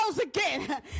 again